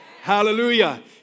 Hallelujah